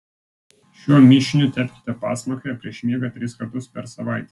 šiuo mišiniu tepkite pasmakrę prieš miegą tris kartus per savaitę